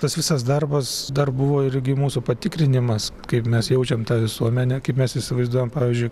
tas visas darbas dar buvo irgi mūsų patikrinimas kaip mes jaučiam tą visuomenę kaip mes įsivaizduojam pavyzdžiui